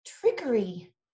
trickery